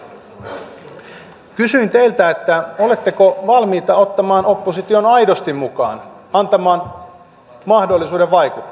arvoisa pääministeri kysyin teiltä oletteko valmiita ottamaan opposition aidosti mukaan antamaan mahdollisuuden vaikuttaa